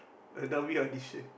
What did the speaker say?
Adobe audition